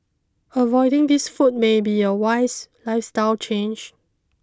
avoiding these foods may be a wise lifestyle change